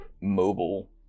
mobile